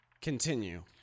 Continue